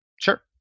Sure